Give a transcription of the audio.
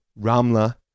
Ramla